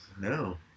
no